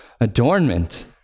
adornment